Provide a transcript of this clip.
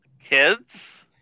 Kids